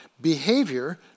Behavior